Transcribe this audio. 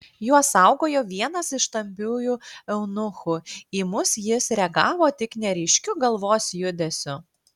juos saugojo vienas iš stambiųjų eunuchų į mus jis reagavo tik neryškiu galvos judesiu